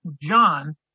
John